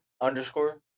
underscore